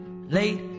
late